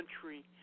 Country